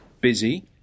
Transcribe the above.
busy